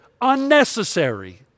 Unnecessary